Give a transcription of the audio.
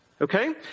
Okay